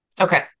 Okay